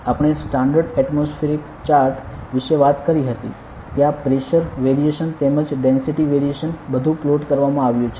આપણે standard atmosphere chart વિશે વાત કરી હતી ત્યાં પ્રેશર વેરીએશન તેમજ ડેન્સિટી વેરીએશન બધું પ્લોટ કરવામાં આવ્યુ હશે